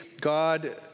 God